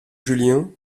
julien